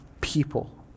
people